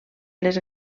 les